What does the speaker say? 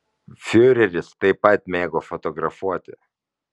fiureris taip pat mėgo fotografuoti